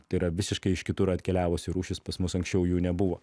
tai yra visiškai iš kitur atkeliavusi rūšis pas mus anksčiau jų nebuvo